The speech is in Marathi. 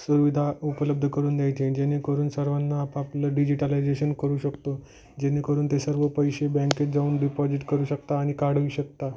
सुविधा उपलब्ध करून द्यायची जेणेकरून सर्वांना आपापलं डिजिटलायजेशन करू शकतो जेणेकरून ते सर्व पैसे बँकेत जाऊन डिपॉजिट करू शकता आणि काढूही शकता